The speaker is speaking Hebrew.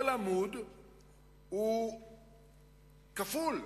כל עמוד הוא כפול,